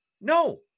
no